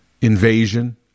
invasion